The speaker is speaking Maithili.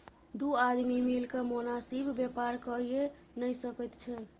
दू आदमी मिलिकए मोनासिब बेपार कइये नै सकैत छै